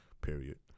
Period